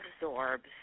absorbs